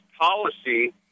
policy